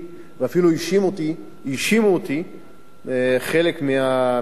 ואפילו האשימו אותי חלק מהאנשים,